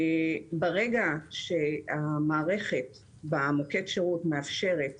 ברגע שהמערכת במוקד השירות מאפשרת